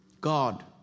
God